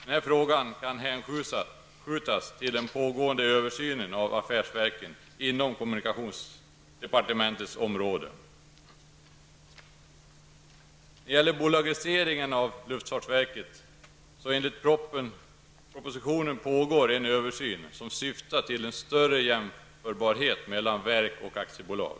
Enligt propositionen pågår en översyn av frågan om en bolagisering av luftfartsverket. Syftet är att försöka åstadkomma en större jämförbarhet mellan verk och aktiebolag.